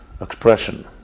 expression